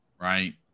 Right